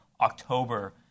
October